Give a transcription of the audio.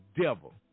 devil